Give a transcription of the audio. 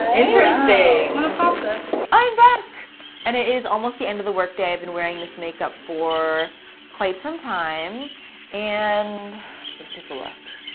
interesting. i'm going to pop this! i'm back and it is almost the end of the workday. i've been wearing this makeup for quite some time and let's take a look.